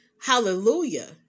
hallelujah